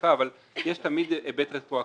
בצריכה יש תמיד היבט רטרואקטיבי.